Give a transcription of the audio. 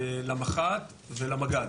למח"ט ולמג"ד.